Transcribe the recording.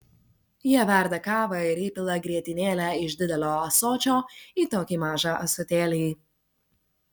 jie verda kavą ir įpila grietinėlę iš didelio ąsočio į tokį mažą ąsotėlį